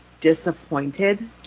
disappointed